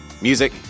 Music